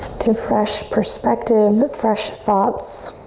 to fresh perspective, fresh thoughts.